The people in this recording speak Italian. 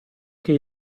che